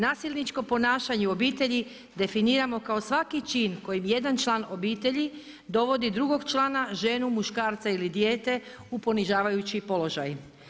Nasilničko ponašanje u obitelji definiramo kao svaki čin kojim jedan član obitelji dovodi drugog člana ženu, muškarca ili dijete u ponižavajući položaj.